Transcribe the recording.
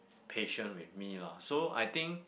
patient with me lah so I think